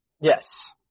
Yes